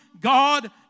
God